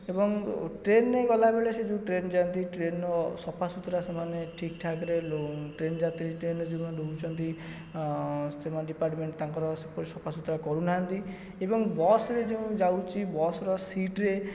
ଏବଂ ଟ୍ରେନ୍ରେ ଗଲାବେଳେ ସେ ଯେଉଁ ଟ୍ରେନ୍ ଯାଆନ୍ତି ଟ୍ରେନ୍ର ସଫାସୁତୁରା ସେମାନେ ଠିକ୍ ଠାକରେ ଲୋ ଟ୍ରେନ୍ ଯାତ୍ରୀ ଟ୍ରେନ୍ରେ ଯେଉଁମାନେ ରହୁଛନ୍ତି ସେମାନେ ଡିପାର୍ଟମେଣ୍ଟ ତାଙ୍କର ସଫାସୁତୁରା କରୁନାହାନ୍ତି ଏବଂ ବସ୍ରେ ଯେଉଁ ଯାଉଛି ବସ୍ର ସିଟ୍ରେ